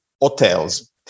hotels